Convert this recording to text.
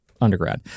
undergrad